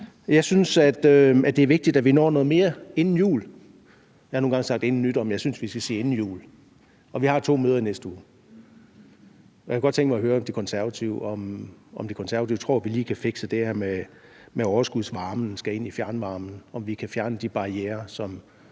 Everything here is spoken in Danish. Jeg synes, at det er vigtigt, at vi når noget mere inden jul, og jeg har nogle gange sagt inden nytår. Men jeg synes, vi skal sige inden jul, og vi har jo to møder i næste uge, og jeg kunne godt tænke mig at høre De Konservative, om man tror, vi lige kan fikse det her med, at overskudsvarmen skal ind i fjernvarmen, og om vi kan fjerne de barrierer, som